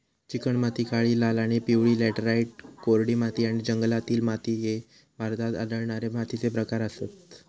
चिकणमाती, काळी, लाल आणि पिवळी लॅटराइट, कोरडी माती आणि जंगलातील माती ह्ये भारतात आढळणारे मातीचे प्रकार आसत